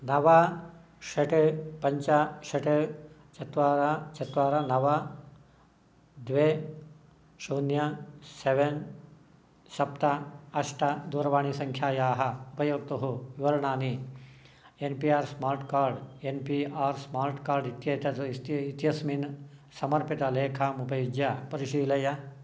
नव षट् पञ्च षट् चत्वारि चत्वारि नव द्वे शून्यं सेवेन् सप्त अष्ट दूरवाणीसङ्ख्यायाः उपयोक्तुः विवरणानि N P R smart card N P R smart card इत्येतद् अस्ति इत्यस्मिन् समर्पितलेखाम् उपयुज्य परिशीलय